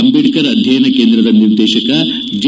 ಅಂಬೇಡ್ಕರ್ ಅಧ್ಯಯನ ಕೇಂದ್ರದ ನಿರ್ದೇಶಕ ಜೆ